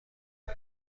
این